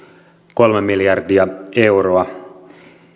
kolme miljardia euroa